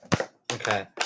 Okay